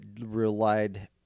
relied